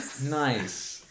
Nice